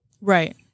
Right